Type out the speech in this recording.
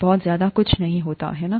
बहुत ज्यादा कुछ नहीं है ना